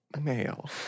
Mail